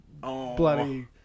bloody